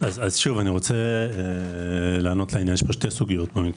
יש פה שתי סוגיות.